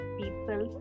people